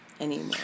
anymore